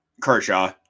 Kershaw